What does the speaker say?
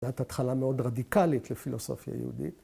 ‫זו הייתה התחלה מאוד רדיקלית ‫לפילוסופיה יהודית.